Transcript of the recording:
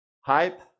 hype